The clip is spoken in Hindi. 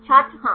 छात्र हाँ